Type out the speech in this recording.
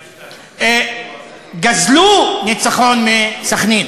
גזלו ניצחון מסח'נין.